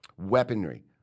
weaponry